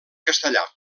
castellà